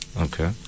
Okay